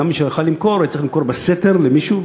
וגם מי שהיה יכול למכור היה צריך למכור בסתר למישהו,